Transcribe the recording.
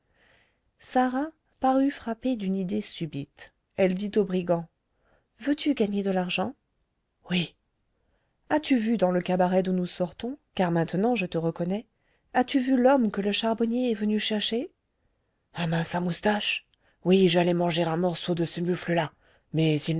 sarah parut frappée d'une idée subite elle dit au brigand veux-tu gagner de l'argent oui as-tu vu dans le cabaret d'où nous sortons car maintenant je te reconnais as-tu vu l'homme que le charbonnier est venu chercher un mince à moustaches oui j'allais manger un morceau de ce mufle là mais il